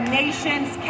nation's